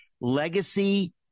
Legacy